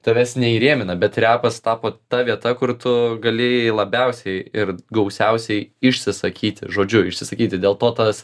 tavęs neįrėmina bet repas tapo ta vieta kur tu galėjai labiausiai ir gausiausiai išsisakyti žodžiu išsisakyti dėl to tas